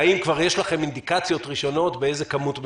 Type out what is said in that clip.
והאם כבר יש לכם אינדיקציות ראשונות באיזו כמות מדובר?